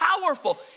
powerful